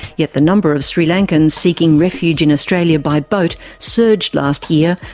yet the number of sri lankans seeking refuge in australia by boat surged last year,